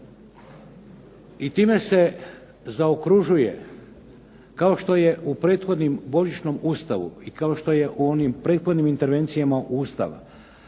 I time se zaokružuje, kao što je u prethodnim božićnom ustavu i kao što je u onim prethodnim intervencijama u Ustav,